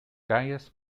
gaius